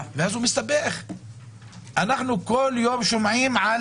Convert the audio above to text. אז כפי שאתם יודעים,